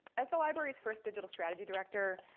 as the library's first digital strategy director,